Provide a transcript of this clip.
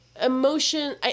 emotion